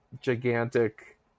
gigantic